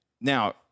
Now